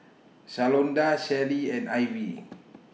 Shalonda Shelli and Ivie